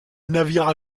navire